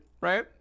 Right